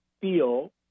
feel